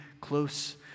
close